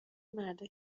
مردا